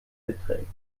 beträgt